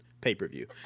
pay-per-view